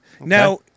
Now